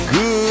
Good